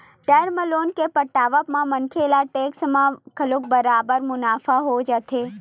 term loan के पटावत म मनखे ल टेक्स म घलो बरोबर मुनाफा हो जाथे